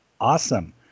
awesome